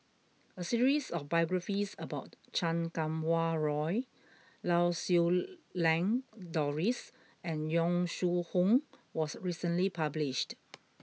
a series of biographies about Chan Kum Wah Roy Lau Siew Lang Doris and Yong Shu Hoong was recently published